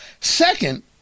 Second